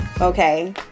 okay